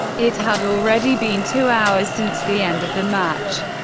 it had already been two hours since the end of the match,